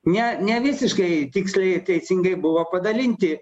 ne nevisiškai tiksliai teisingai buvo padalinti